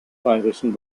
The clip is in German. bayerischen